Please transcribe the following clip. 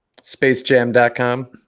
spacejam.com